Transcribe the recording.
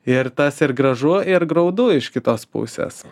ir tas ir gražu ir graudu iš kitos pusės